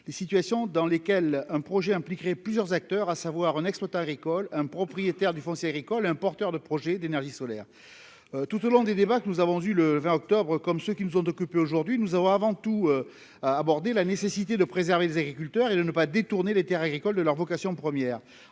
les situations dans lesquelles un projet impliquerait plusieurs acteurs, à savoir un exploitant agricole, un propriétaire du foncier agricole, un porteur de projet d'énergie solaire tout au long des débats que nous avons vu le 20 octobre comme ceux qui nous ont occupé aujourd'hui nous avons avant tout à aborder la nécessité de préserver les agriculteurs et de ne pas détourner les Terres agricoles de leur vocation première,